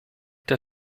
der